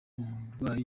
umurwayi